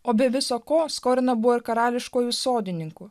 o be viso ko skolina buvo ir karališkųjų sodininkų